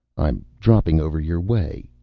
i'm dropping over your way,